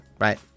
right